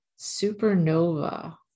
Supernova